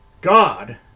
God